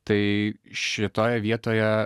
tai šitoje vietoje